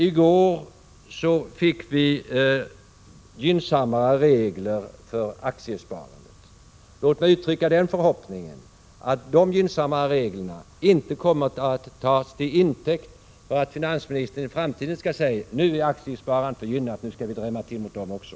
I går fick vi gynnsammare regler för aktiesparandet. Låt mig uttrycka den förhoppningen att de gynnsammare reglerna inte kommer att tas till intäkt för att finansministern i framtiden skall säga: Nu är aktiespararna gynnade — nu skall vi drämma till mot dem också.